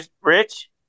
Rich